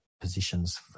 positions